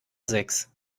sechs